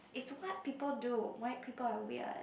eh to what people do white people are weird